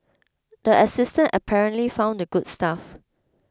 the assistant apparently found the good stuff